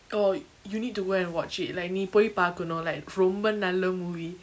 oh you need to go and watch it like நீ போய் பாக்கனு:nee poy paakanu like ரொம்ப நல்ல:romba nalla movie